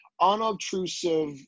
Unobtrusive